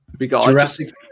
Jurassic